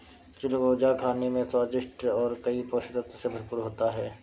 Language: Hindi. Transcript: चिलगोजा खाने में स्वादिष्ट और कई पोषक तत्व से भरपूर होता है